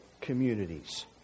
communities